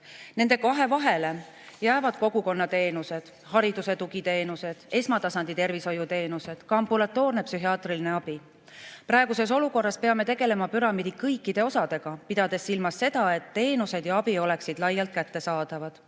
Nende kahe vahele jäävad kogukonnateenused, hariduse tugiteenused, esmatasandi tervishoiuteenused, ka ambulatoorne psühhiaatriline abi. Praeguses olukorras peame tegelema püramiidi kõikide osadega, pidades silmas seda, et teenused ja abi oleksid laialt kättesaadavad,